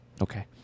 Okay